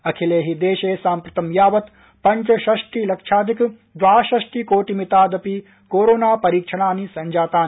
अखिले हि देशे साम्प्रतं यावत् पंचषष्टि लक्षाधिक द्वाषष्टि कोटि मितादपि कोरोना परीक्षणानि संजातानि